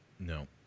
No